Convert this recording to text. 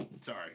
Sorry